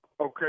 Okay